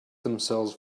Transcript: themselves